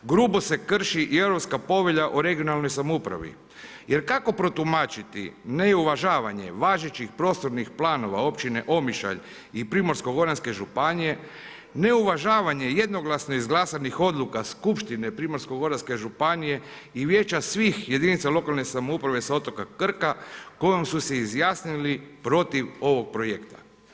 Grubo se krši i Europska povelja o regionalnoj samoupravi jer kako protumačiti neuvažavanje važećih prostornih planova općine Omišalj i Primorsko-goranske županije, neuvažavanje jednoglasno izglasanih odluka skupštine Primorsko-goranske županije i vijeća svih jedinica lokalne samouprave sa otoka Krka kojom su se izjasnili protiv ovog projekta.